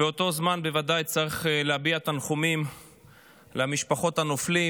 באותו זמן צריך בוודאי להביע תנחומים למשפחות הנופלים.